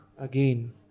Again